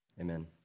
amen